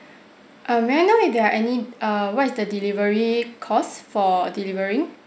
um may I know if there are any err what is the delivery cost for delivering